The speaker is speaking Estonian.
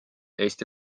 eesti